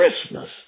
Christmas